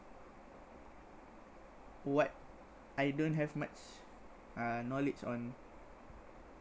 what I don't have much knowledge on